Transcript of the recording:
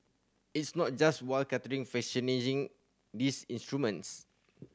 it's not just wildcatter fashioning in these instruments